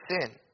sin